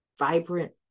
Vibrant